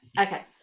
Okay